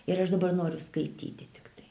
ir aš dabar noriu skaityti tiktai